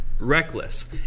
Reckless